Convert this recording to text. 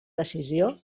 decisió